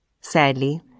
Sadly